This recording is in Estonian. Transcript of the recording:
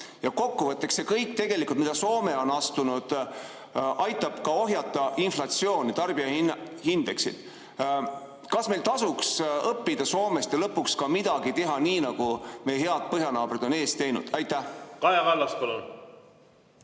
Ja kokkuvõtteks kõik need [sammud], mida Soome on astunud, aitavad ohjata inflatsiooni, tarbijahinnaindeksit. Kas meil tasuks õppida Soomelt ja lõpuks ka midagi teha nii, nagu meie head põhjanaabrid on ees teinud? Suur